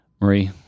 Marie